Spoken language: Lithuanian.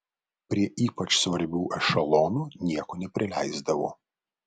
prie ypač svarbių ešelonų nieko neprileisdavo